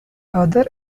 other